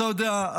אתה יודע,